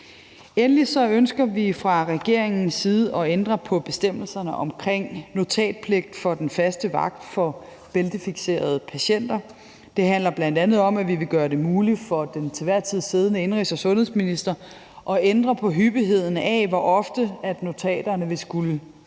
Endelig ønsker vi fra regeringens side at ændre på bestemmelserne omkring notatpligt for den faste vagt for bæltefikserede patienter. Det handler bl.a. om, at vi vil gøre det muligt for den til enhver tid siddende indenrigs- og sundhedsminister at ændre på hyppigheden af, hvor ofte notaterne vil skulle